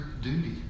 duty